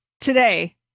today